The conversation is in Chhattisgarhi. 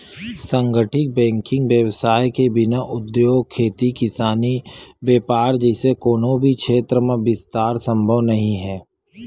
संगठित बेंकिग बेवसाय के बिना उद्योग, खेती किसानी, बेपार जइसे कोनो भी छेत्र म बिस्तार संभव नइ हे